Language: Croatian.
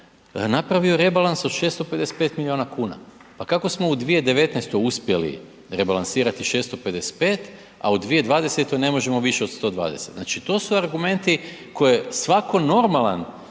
napravio rebalans od 655 milijuna kuna. Pa kako smo u 2019. uspjeli rebalansirati 655 a u 2020. ne možemo više od 120? Znači to su argumenti koje svako normalan